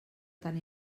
tan